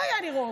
לא היה לי רוב,